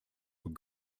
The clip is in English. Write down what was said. were